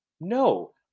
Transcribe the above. No